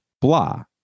blah